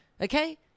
Okay